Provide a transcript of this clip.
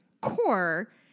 core